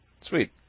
Sweet